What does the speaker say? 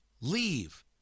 leave